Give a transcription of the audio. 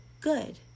Good